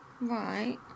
Right